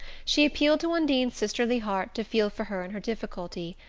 she appealed to undine's sisterly heart to feel for her in her difficulty,